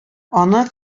аны